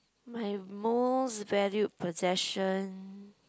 my most valued possession